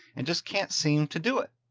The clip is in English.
and just can't seem to do it.